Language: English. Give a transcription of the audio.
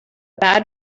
bad